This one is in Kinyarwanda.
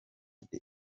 the